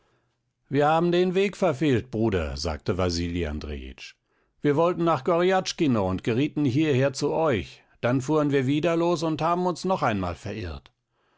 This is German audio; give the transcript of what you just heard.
wir haben den weg verfehlt bruder sagte wasili andrejitsch wir wollten nach gorjatschkino und gerieten hierher zu euch dann fuhren wir wieder los und haben uns noch einmal verirrt